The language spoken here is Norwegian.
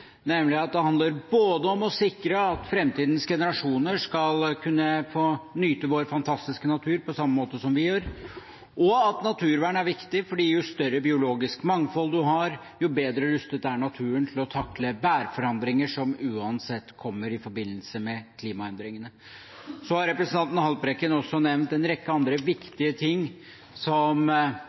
nemlig at det handler både om å sikre at framtidens generasjoner skal kunne få nyte vår fantastiske natur på samme måte som vi gjør, og at naturvern er viktig, for jo større biologisk mangfold en har, jo bedre rustet er naturen til å takle værforandringer, som uansett kommer i forbindelse med klimaendringene. Representanten Haltbrekken har også nevnt en rekke andre viktige ting som